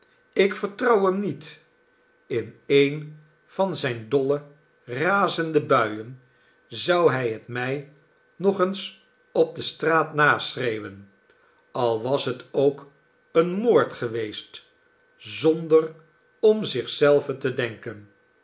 ik vertrouw hem niet in een van zijne dolle razende buien zou hij het mij nog eens op de straat naschreeuwen al was het ook een moord geweest zonder om zich zelven te denken